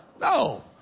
No